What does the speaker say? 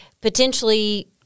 potentially